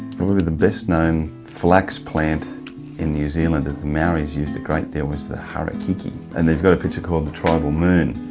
probably the best known flax plant in new zealand, that the maori's used a great deal was the harakeke and you've got a picture called the tribal moon.